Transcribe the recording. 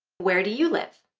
where do you live?